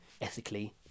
ethically